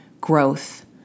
growth